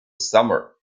summer